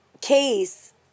case